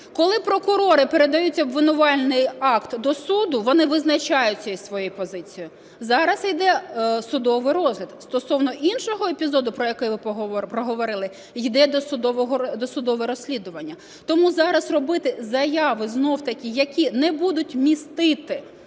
Коли прокурори передають обвинувальний акт до суду, вони визначаються із своєю позицією. Зараз іде судовий розгляд. Стосовно іншого епізоду, про який ви проговорили, йде досудове розслідування. Тому зараз робити заяви знов-таки, які не будуть містити